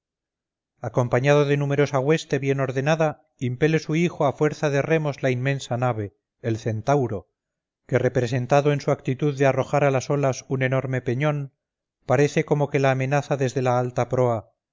acompañado de numerosa hueste bien ordenada impele su hijo a fuerza de remos la inmensa nave el centauro que representado en su actitud de arrojar a las olas un enorme peñón parece como que la amenaza desde la alta proa